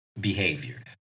behavior